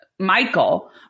michael